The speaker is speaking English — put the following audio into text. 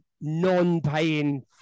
non-paying